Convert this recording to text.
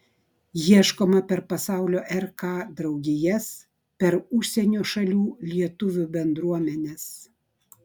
ieškoma per pasaulio rk draugijas per užsienio šalių lietuvių bendruomenes